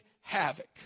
havoc